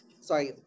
sorry